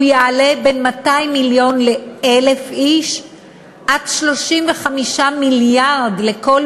הוא יעלה בין 200 מיליון ל-1,000 איש ל-35 מיליארד לכל